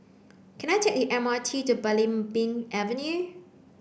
can I take the M R T to Belimbing Avenue